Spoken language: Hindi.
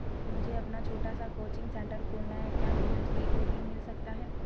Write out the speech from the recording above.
मुझे अपना छोटा सा कोचिंग सेंटर खोलना है क्या मुझे उसके लिए ऋण मिल सकता है?